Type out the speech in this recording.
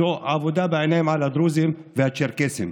זו עבודה בעיניים על הדרוזים והצ'רקסים.